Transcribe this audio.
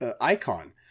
icon